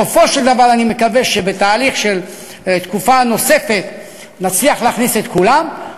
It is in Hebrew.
בסופו של דבר אני מקווה שבתהליך של תקופה נוספת נצליח להכניס את כולם,